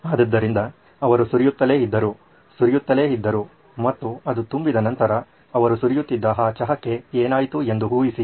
ಆದ್ದರಿಂದ ಅವರು ಸುರಿಯುತ್ತಲೇ ಇದ್ದರು ಸುರಿಯುತ್ತಲೇ ಇದ್ದರು ಮತ್ತು ಅದು ತುಂಬಿದ ನಂತರ ಅವರು ಸುರಿಯುತ್ತಿದ್ದ ಆ ಚಹಾಕ್ಕೆ ಏನಾಯಿತು ಎಂದು ಊಹಿಸಿ